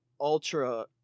ultra